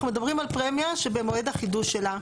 אנחנו מדברים על פרמיה שבמועד החידוש שלה,